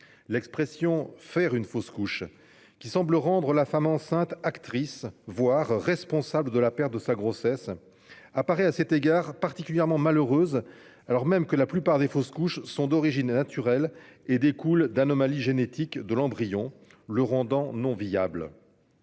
l'expression « faire une fausse couche », qui semble rendre la femme enceinte actrice, voire responsable, de la perte de sa grossesse, apparaît à cet égard particulièrement malheureuse alors même que la plupart des fausses couches sont d'origine naturelle et découlent d'anomalies génétiques de l'embryon qui le rendent non viable.